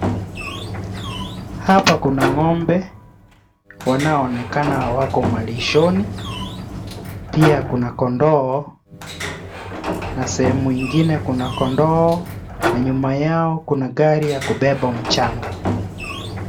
Hapa kuna ng'ombe wanaoonekana wako malishoni, pia kuna kondoo na sehemu ingine kuna kondoo na nyuma yao kuna gari ya kubeba mchanga.